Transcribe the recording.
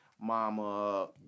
mama